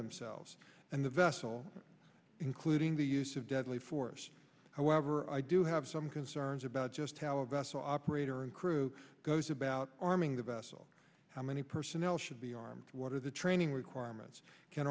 themselves and the vessel including the use of deadly force however i do have some concerns about just how a vessel operator and crew goes about arming the vessel how many personnel should be armed what are the training requirements can